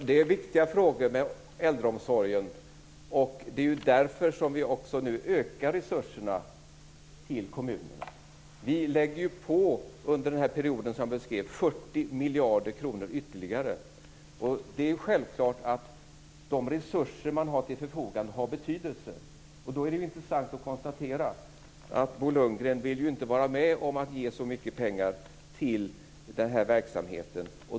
Herr talman! Äldreomsorgen är en viktig fråga. Det är därför som vi nu ökar resurserna till kommunerna. Under den period som jag beskrev lägger vi till 40 miljarder kronor ytterligare. Det är självklart att de resurser man har till förfogande har betydelse. Då är det intressant att konstatera att Bo Lundgren inte vill vara med och ge så mycket pengar till den här verksamheten.